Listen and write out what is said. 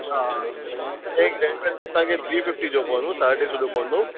हा एक red velvet तव्हांखे थ्री फ़िफ़्टी जो पवंदो साढा टे सौ जो पवंदो